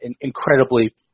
incredibly